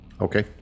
Okay